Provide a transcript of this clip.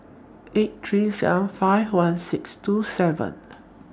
eight three seven five one six two seven